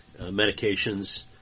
medications